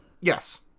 Yes